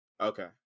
Okay